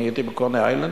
הייתי בקוני-איילנד.